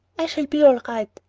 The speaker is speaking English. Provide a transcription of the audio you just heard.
i shall be all right.